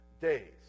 days